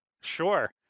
Sure